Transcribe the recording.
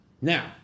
Now